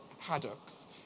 haddocks